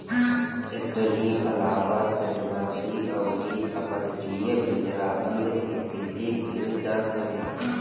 एकरी अलावा तटवर्ती अउरी अपतटीय पिंजराबंद खेती भी कईल जात हवे